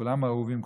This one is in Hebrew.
כולם אהובים,